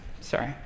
sorry